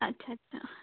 ਅੱਛਾ ਅੱਛਾ